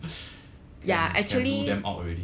can rule them out already